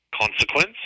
consequence